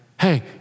Hey